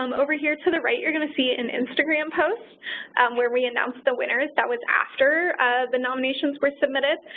um over here to the right, you're going to see an instagram post where we announced the winners. that was after the nominations were submitted.